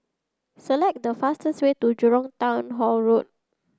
select the fastest way to Jurong Town Hall Road